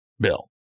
bill